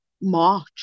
March